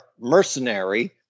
mercenary